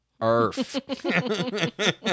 Earth